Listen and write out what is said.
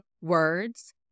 words